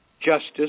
Justice